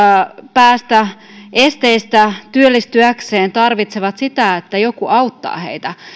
päästä esteistä työllistyäkseen tarvitsevat sitä että joku auttaa heitä